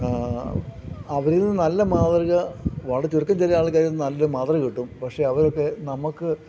അവരിന്ന് നല്ല മാതൃക വളരെ ചുരുക്കം ചില ആൾക്കാരിൽ നിന്ന് നല്ലൊരു മാതൃക കിട്ടും പക്ഷേ അവർ ഒക്കെ നമുക്ക്